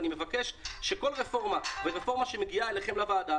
ואני מבקש שכל רפורמה ורפורמה שמגיעה אליכם לוועדה,